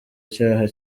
icyaha